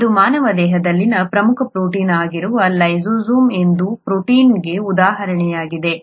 ಇದು ಮಾನವ ದೇಹದಲ್ಲಿನ ಪ್ರಮುಖ ಪ್ರೋಟೀನ್ ಆಗಿರುವ ಲೈಸೋಜೈಮ್ ಎಂಬ ಪ್ರೋಟೀನ್ಗೆ ಉದಾಹರಣೆಯಾಗಿದೆ